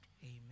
Amen